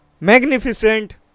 magnificent